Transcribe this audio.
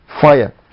fire